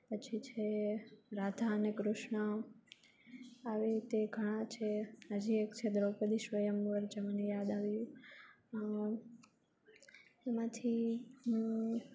પછી છે રાધા અને કૃષ્ણ આવી રીતે ઘણાં છે હજી એક છે દ્રોપદી સ્વયંવર જે મને યાદ આવ્યું એમાંથી હું